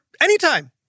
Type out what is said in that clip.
anytime